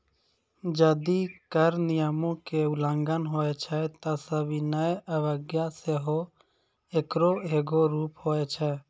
जदि कर नियमो के उल्लंघन होय छै त सविनय अवज्ञा सेहो एकरो एगो रूप होय छै